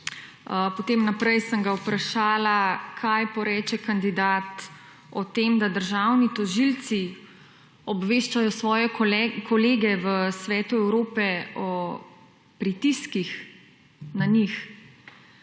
Potem naprej sem ga vprašala, kaj poreče kandidat o tem, da državni tožilci obveščajo svoje kolege v Svetu Evrope o pritiskih na njih.